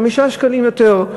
5 שקלים יותר.